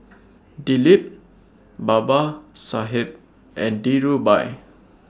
Dilip Babasaheb and Dhirubhai